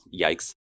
Yikes